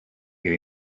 get